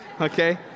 Okay